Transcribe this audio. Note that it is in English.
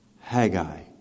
Haggai